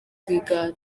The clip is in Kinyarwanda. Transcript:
rwigara